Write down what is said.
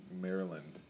Maryland